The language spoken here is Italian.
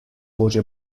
voce